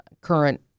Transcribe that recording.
current